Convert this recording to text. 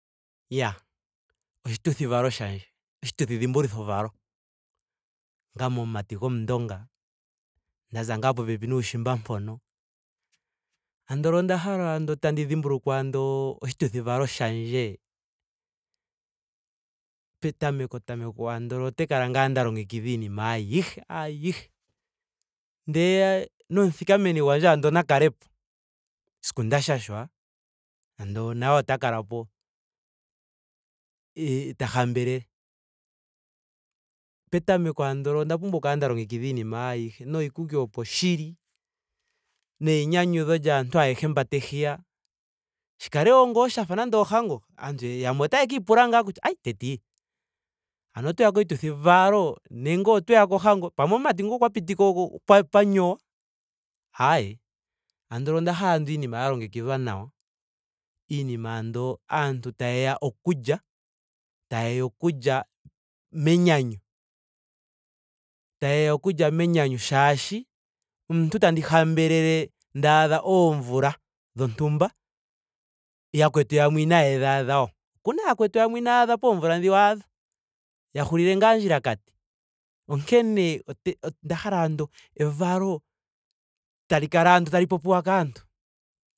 Iyaa oshituthi valo shandje. oshituthi dhimbuluko valo. Ngame omumati gomundonga. Nda za ngaa popepi nuushimba mpono. Andola onda hala andola tandi dhimbulukwa ando oshituthi valo shandje. petameko tameko andola otandi kala ngaa longekidha iinima ayihe ayihe. Ndele nomuthikameni gwandje andola na kale po. siku nda shashwa. andola naye ota kalapo ee ta hambelele. Petameko andola onda pumbwa oku kala nda longekidha iinima ayihe noshikuki opo shili. neinyanyudho lyaantu ayehe mba te hiya shi kale wo ngaa nando sha fa ohango. Aantu yamwe otaaka ipula ngaa kutya ai teeti ano otweya koshituthi valo nenge otweya kohango? Pamwe omumati nguka okwa pitiko panyowa? Aee andola onda hala andola iinima ya longekidhwa nawa. iinima andola aantu tayeya okulya. tayeya okulya menyanyu. tayeya okulya menyanyu shaashi omuntu tandi hambelele ndaadha oomvula dhontumba yakwetu yamwe inaaye dhi adha wo. Okuna yakwetu yamwe inaaya adha poomvula dhi waadha. ya hulile ngaa ondjilakati. Onkene ote- onda hala andola evalo tali kala ando tali popiwa kaantu